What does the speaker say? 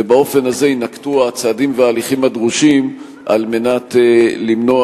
ובאופן הזה יינקטו הצעדים וההליכים הדרושים כדי למנוע